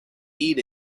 eat